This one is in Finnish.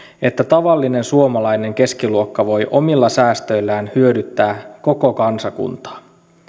että tavallinen suomalainen keskiluokka voi omilla säästöillään hyödyttää koko kansakuntaa